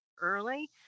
early